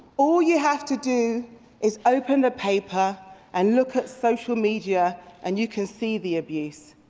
all you have to do is open the paper and look at social media and you can see the abuse.